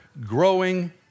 growing